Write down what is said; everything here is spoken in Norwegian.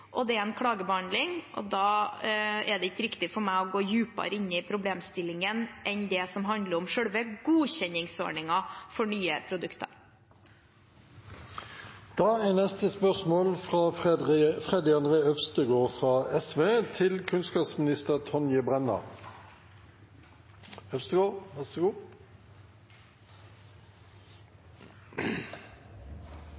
det er en klagebehandling, og da er det ikke riktig for meg å gå dypere inn i problemstillingen enn det som handler om selve godkjenningsordningen for nye produkter. Spørsmål 27 er allerede svart på, og vi går videre til spørsmål 28. «Solberg-regjeringen satte ned en gruppe som så